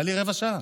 הייתה לי רבע שעה.